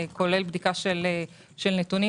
כולל בדיקה של נתונים.